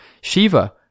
Shiva